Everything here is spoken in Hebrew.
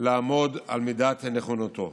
לעמוד על מידת נכונותו.